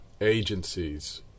agencies